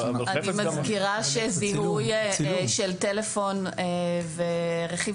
אני מזכירה שזיהוי של טלפון ורכיב